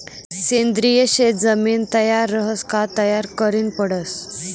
सेंद्रिय शेत जमीन तयार रहास का तयार करनी पडस